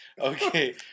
Okay